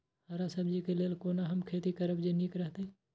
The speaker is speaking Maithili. हरा सब्जी के लेल कोना हम खेती करब जे नीक रहैत?